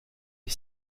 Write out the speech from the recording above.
les